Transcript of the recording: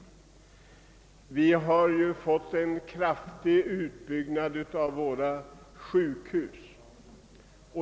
Vi har fått en kraftig utbyggnad av våra sjukhus.